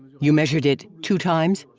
you measured it two times?